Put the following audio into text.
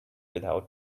without